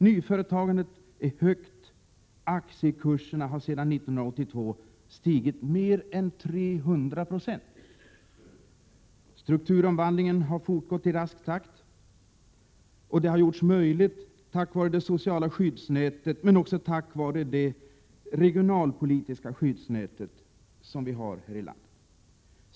Nyföretagandet är högt. Aktiekurserna har sedan 1982 stigit med mer än 300 90. Strukturomvandlingen har fortgått i rask takt, och det har gjorts möjligt tack vare det sociala skyddsnätet men också tack vare det regionalpolitiska skyddsnät som vi har här i landet.